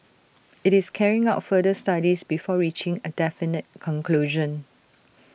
IT is carrying out further studies before reaching A definite conclusion